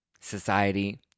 society